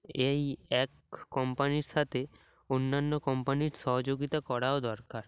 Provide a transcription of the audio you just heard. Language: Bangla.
এই এক কোম্পানির সাথে অন্যান্য কোম্পানির সহযোগিতা করাও দরকার